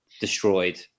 destroyed